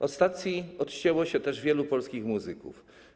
Od stacji odcięło się też wielu polskich muzyków.